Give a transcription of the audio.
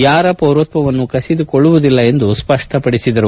ಯಾರ ಪೌರತ್ವವನ್ನು ಕಸಿದುಕೊಳ್ಳುವುದಿಲ್ಲ ಎಂದು ಸ್ವಷ್ಟಪಡಿಸಿದರು